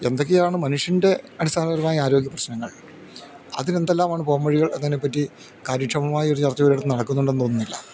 എന്തൊക്കെയാണ് മനുഷ്യൻ്റെ അടിസ്ഥാനപരമായ ആരോഗ്യ പ്രശ്നങ്ങൾ അതിന് എന്തെല്ലാമാണ് പോം വഴികൾ എന്നതിനെപ്പറ്റി കാര്യക്ഷമമായ ഒരു ചർച്ച ഒരിടത്തും നടക്കുന്നുണ്ടെന്ന് തോന്നുന്നില്ല